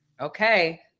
Okay